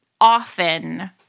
often